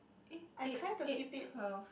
eh eight eight twelve